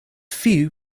few